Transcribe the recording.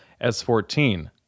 S-14